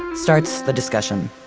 starts the discussion